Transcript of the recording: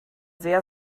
sehr